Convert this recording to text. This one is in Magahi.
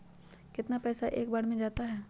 कितना पैसा एक बार में जाता है?